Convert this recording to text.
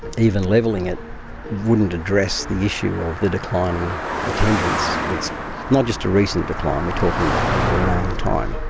even levelling it wouldn't address the issue of the declining attendance, that's not just a recent decline, we're talking about over a long time.